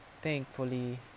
thankfully